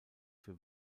für